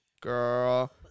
Girl